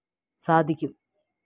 സാധിക്കും